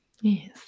yes